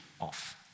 off